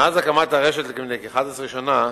מאז הקמת הרשת לפני כ-11 שנה,